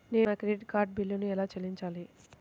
నేను నా credit card బిల్లును ఎలా చెల్లించాలీ?